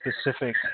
specific